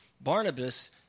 Barnabas